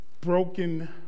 Broken